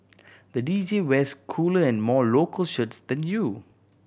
the D J wears cooler and more local shirts than you